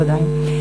בוודאי.